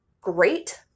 great